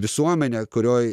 visuomenė kurioj